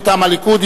מטעם הליכוד.